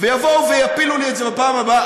ויבואו ויפילו לי את זה בפעם הבאה.